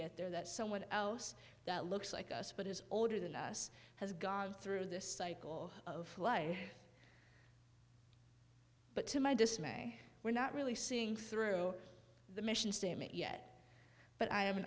get there that someone else that looks like us but is older than us has gone through this cycle of life but to my dismay we're not really seeing through the mission statement yet but i am an